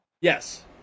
Yes